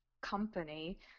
company